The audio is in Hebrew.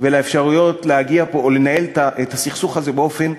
ולאפשרויות לנהל את הסכסוך הזה באופן,